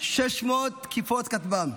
600 תקיפות כטב"ם,